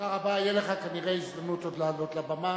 תודה רבה, תהיה לך כנראה הזדמנות עוד לעלות לבמה,